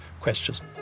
questions